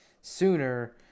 sooner